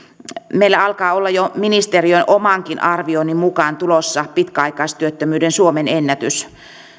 meillä alkaa olla jo ministeriön omankin arvioinnin mukaan tulossa pitkäaikaistyöttömyyden suomenennätys